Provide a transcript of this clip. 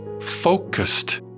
focused